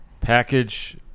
Package